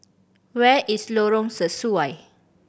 where is Lorong Sesuai